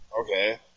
Okay